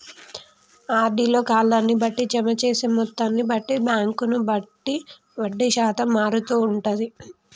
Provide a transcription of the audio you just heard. RD లో కాలాన్ని బట్టి, జమ చేసే మొత్తాన్ని బట్టి, బ్యాంకును బట్టి వడ్డీ శాతం మారుతూ ఉంటది